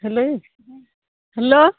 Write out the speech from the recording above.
ᱦᱮᱞᱳᱭᱟᱹᱧ hello